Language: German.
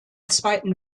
zweiten